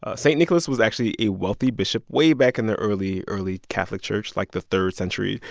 ah st. nicholas was actually a wealthy bishop way back in the early, early catholic church, like the third century.